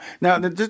Now